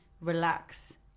relax